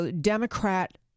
Democrat